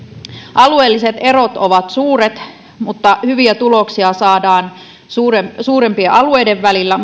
alueelliset erot ovat suuret mutta hyviä tuloksia saadaan suurempien alueiden välillä